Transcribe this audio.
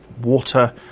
water